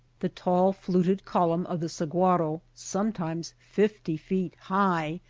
the tall fluted column of the sahuaro, sometimes fifty feet high,